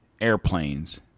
airplanes